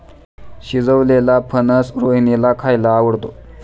शिजवलेलेला फणस रोहिणीला खायला आवडतो